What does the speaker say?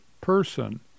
person